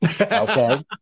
Okay